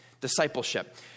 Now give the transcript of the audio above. Discipleship